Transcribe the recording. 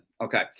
Okay